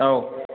औ